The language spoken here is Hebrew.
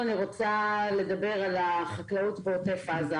בעוטף עזה